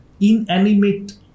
inanimate